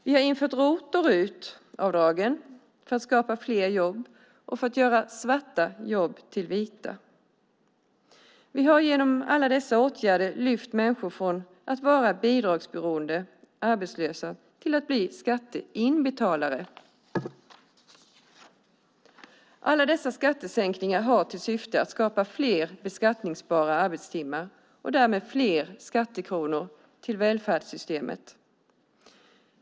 Vi har infört ROT och RUT-avdragen för att skapa fler jobb och för att göra svarta jobb till vita. Vi har genom alla dessa åtgärder lyft människor från att vara bidragsberoende arbetslösa till att bli skatteinbetalare. Alla dessa skattesänkningar har till syfte att skapa fler beskattningsbara arbetstimmar och därmed fler skattekronor till välfärdssystemet.